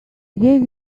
gave